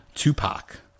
Tupac